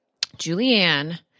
Julianne